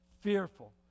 fearful